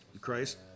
Christ